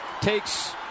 Takes